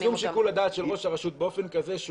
בתחום שיקול הדעת של ראש הרשות באופן כזה,